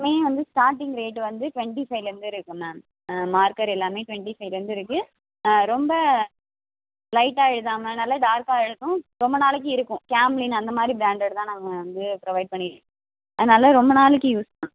இப்போயும் starting rate வந்து twenty ஃபைலேருந்து இருக்குது மேம் மார்க்கர் எல்லாமே ட்வெண்ட்டி ஃபைலேருந்து இருக்குது ரொம்ப லைட்டாக எழுதாமல் நல்லா டார்க்காக எழுதும் ரொம்ப நாளைக்கு இருக்கும் கேம்லின் அந்தமாதிரி ப்ராண்டட் தான் நாங்கள் வந்து ப்ரொவைட் பண்ணிகிட்ருக்கோம் அதனால் ரொம்ப நாளைக்கு யூஸ் பண்ணலாம்